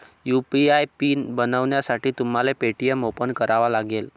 UPI pin बनवण्यासाठी तुम्हाला Paytm open करावा लागेल